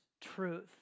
truth